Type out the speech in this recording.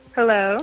Hello